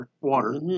water